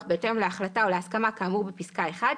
בהתאם להחלטה או להסכמה כאמור בפסקה (1),